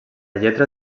lletra